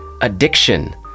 addiction